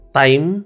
time